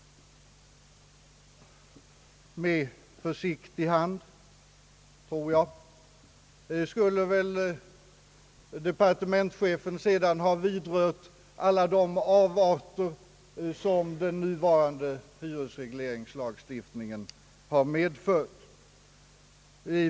Med försiktig hand skulle väl departementschefen sedan ha vidrört alla de avarter som den nuvarande hyresregleringslagstiftningen har medfört.